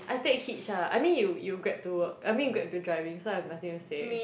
I take hitch ah I mean you you grab to work I mean you grab to driving so I have nothing to say